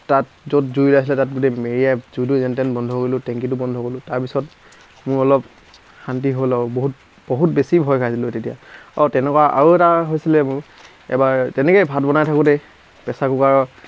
তাত য'ত জুই লাগিছিলে তাত মেৰিয়াই জুইটো যেন তেন বন্ধ কৰিলোঁ টেংকীটো বন্ধ কৰিলোঁ তাৰপিছত মোৰ অলপ শান্তি হ'ল আৰু বহুত বহুত বেছি ভয় খাইছিলোঁ তেতিয়া আৰু তেনেকুৱা আৰু এটা হৈছিলে মোৰ এবাৰ তেনেকৈয়ে ভাত বনাই থাকোঁতে প্ৰেছাৰ কুকাৰৰ